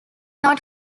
not